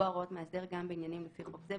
מאסדר לקבוע הוראות מאסדר גם בעניינים לפי חוק זה,